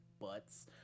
butts